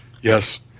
yes